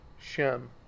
Shem